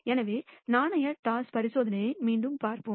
எனவே நாணயம் டாஸ் பரிசோதனையை மீண்டும் பார்ப்போம்